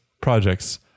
projects